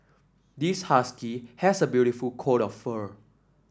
this husky has a beautiful coat of fur